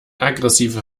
aggressive